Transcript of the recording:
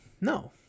No